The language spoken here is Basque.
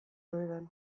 honetan